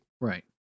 right